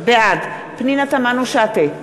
בעד פנינה תמנו-שטה,